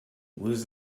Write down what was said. lose